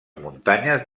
muntanyes